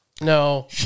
No